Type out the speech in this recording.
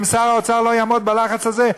אם שר האוצר לא יעמוד בלחץ הזה,